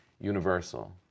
universal